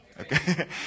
okay